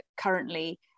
currently